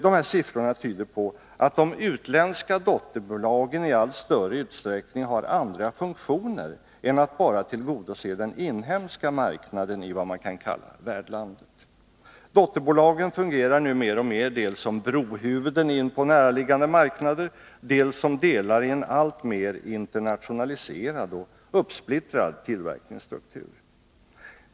Dessa siffror tyder på att de utländska dotterbolagen i allt större utsträckning har andra funktioner än att bara tillgodose den inhemska marknaden i vad man kan kalla värdlandet. Dotterbolagen fungerar nu mer och mer dels som brohuvuden till näraliggande marknader, dels som delar i en alltmer internationaliserad och uppsplittrad tillverkningsstruktur.